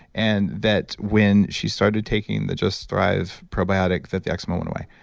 and that when she started taking the just thrive probiotic that the eczema went away.